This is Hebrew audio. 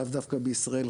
לאו דווקא בישראל,